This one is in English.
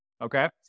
okay